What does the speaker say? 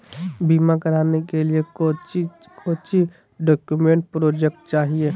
बीमा कराने के लिए कोच्चि कोच्चि डॉक्यूमेंट प्रोजेक्ट चाहिए?